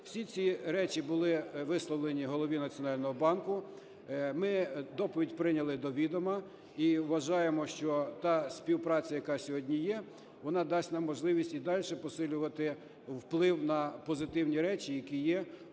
Всі ці речі були висловлені Голові Національного банку. Ми доповідь прийняли до відома і вважаємо, що та співпраця, яка сьогодні є, вона дасть нам можливість і дальше посилювати вплив на позитивні речі, які є